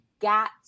got